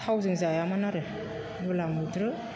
थावजों जायामोन आरो मुला मैद्रु